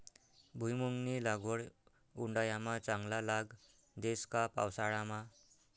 भुईमुंगनी लागवड उंडायामा चांगला लाग देस का पावसाळामा